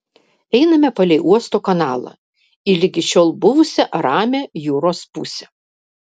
einame palei uosto kanalą į ligi šiol buvusią ramią jūros pusę